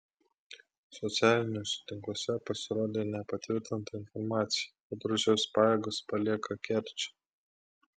socialiniuose tinkluose pasirodė nepatvirtinta informacija kad rusijos pajėgos palieka kerčę